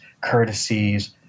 courtesies